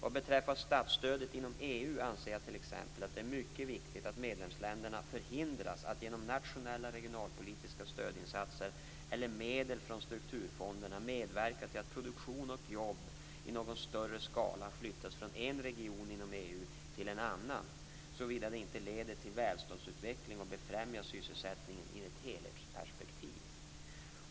Vad beträffar statsstöd inom EU anser jag t.ex. att det är mycket viktigt att medlemsländerna förhindras att genom nationella regionalpolitiska stödinsatser eller med medel från strukturfonderna medverka till att produktion och jobb i någon större skala flyttas från en region inom EU till en annan, såvida det inte leder till välståndsutveckling och främjar sysselsättningen i ett helhetsperspektiv.